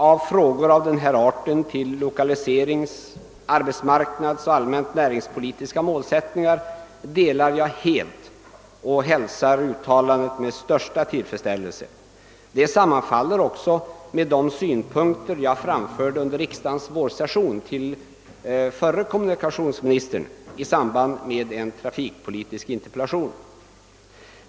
av frågor av denna art till lokaliserings-, arbetsmarknadsoch allmänt näringspolitiska målsättningar delar jag helt och hälsar statsrådets uttalande i det fallet med största tillfredsställelse. Det sammanfaller också med de önskemål som jag under riksdagens vårsession framförde till förre kommunikationsministern i samband med en trafikpolitisk interpellation.